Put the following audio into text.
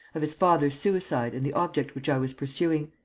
of his father's suicide and the object which i was pursuing.